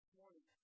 morning